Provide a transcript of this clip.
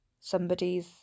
somebody's